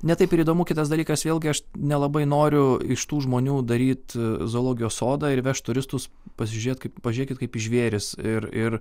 ne taip ir įdomu kitas dalykas vėlgi aš nelabai noriu iš tų žmonių daryt zoologijos sodą ir vežt turistus pasižiūrėt kaip pažiūrėkit kaip į žvėrys ir ir